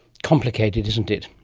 complicated, isn't it?